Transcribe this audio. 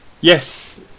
Yes